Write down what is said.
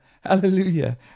hallelujah